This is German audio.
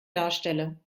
darstelle